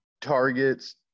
Targets